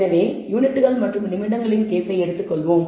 எனவே யூனிட்கள் மற்றும் நிமிடங்களின் கேஸை எடுத்துக் கொள்வோம்